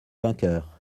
vainqueur